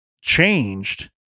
changed